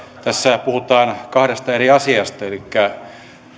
tässä puhutaan kahdesta eri asiasta elikkä